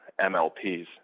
MLPs